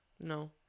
No